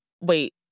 Wait